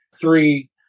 three